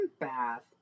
Bath